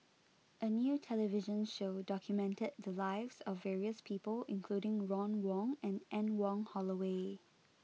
a new television show documented the lives of various people including Ron Wong and Anne Wong Holloway